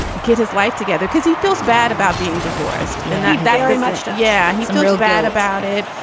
get his life together because he feels bad about being divorced yeah that much. yeah, he's real bad about it.